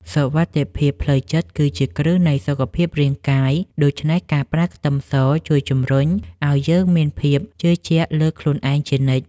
សុវត្ថិភាពផ្លូវចិត្តគឺជាគ្រឹះនៃសុខភាពរាងកាយដូច្នេះការប្រើខ្ទឹមសជួយជម្រុញឱ្យយើងមានភាពជឿជាក់លើខ្លួនឯងជានិច្ច។